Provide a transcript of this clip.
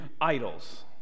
idols